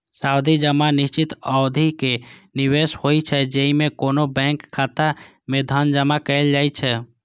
सावधि जमा निश्चित अवधिक निवेश होइ छै, जेइमे कोनो बैंक खाता मे धन जमा कैल जाइ छै